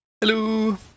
Hello